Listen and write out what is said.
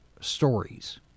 stories